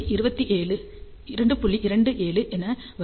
27 என வரும்